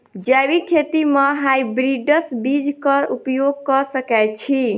जैविक खेती म हायब्रिडस बीज कऽ उपयोग कऽ सकैय छी?